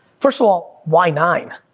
first of all, why nine?